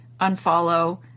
unfollow